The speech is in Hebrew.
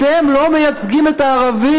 אתם לא מייצגים את הערבים.